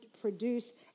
produce